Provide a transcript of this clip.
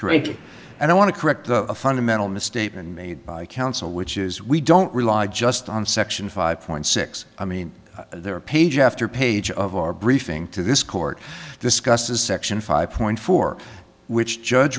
i want to correct a fundamental misstatement made by counsel which is we don't rely just on section five point six i mean there are page after page of our briefing to this court discusses section five point four which judge